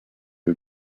que